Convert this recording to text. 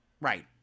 Right